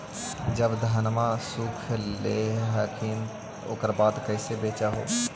जब धनमा सुख ले हखिन उकर बाद कैसे बेच हो?